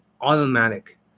automatic